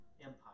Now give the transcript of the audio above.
Empire